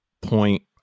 point